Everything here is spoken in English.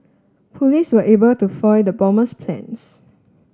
police were able to foil the bomber's plans